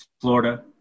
Florida